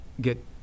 get